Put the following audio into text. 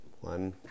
one